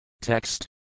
Text